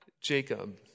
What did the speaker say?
Jacob